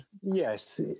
Yes